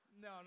No